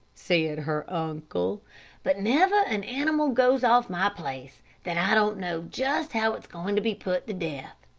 said her uncle but never an animal goes off my place that i don't know just how it's going to be put to death.